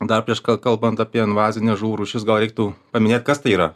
dar prieš kalbant apie invazines žuvų rūšis gal reiktų paminėt kas tai yra